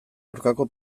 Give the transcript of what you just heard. aurkako